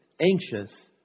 anxious